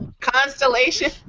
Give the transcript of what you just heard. Constellation